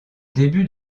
début